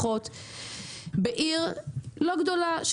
בעיר לא גדולה.